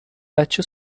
بچه